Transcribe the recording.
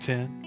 Ten